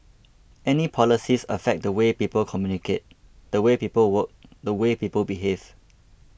any policies affect the way people communicate the way people work the way people behave